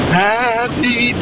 happy